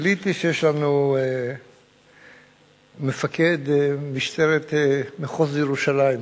גיליתי שיש לנו מפקד משטרת מחוז ירושלים,